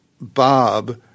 Bob